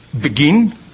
begin